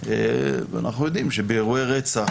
ואנחנו יודעים שבאירועי רצח,